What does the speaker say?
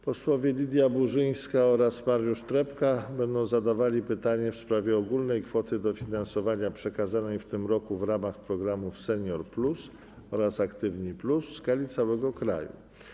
Posłowie Lidia Burzyńska oraz Mariusz Trepka będą zadawali pytanie w sprawie ogólnej kwoty dofinansowania przekazanej w tym roku w ramach programów „Senior+” oraz „Aktywni+” w skali całego kraju.